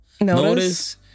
notice